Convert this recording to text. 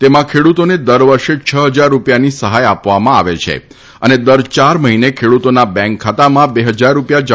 તેમાં ખેડૂતોને દર વર્ષે છ હજાર રૂપિયાની સહાય આપવામાં આવે છે અને દર ચાર મહિને ખેડૂતના બેન્ક ખાતામાં બે હજાર રૂપિયા જમા થાય છે